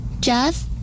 Jeff